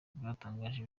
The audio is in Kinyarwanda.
bwatangaje